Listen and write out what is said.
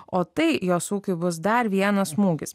o tai jos ūkiui bus dar vienas smūgis